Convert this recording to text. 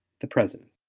the president.